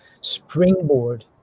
springboard